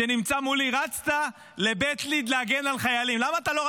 שנמצא מולי: רצת לבית ליד להגן על החיילים,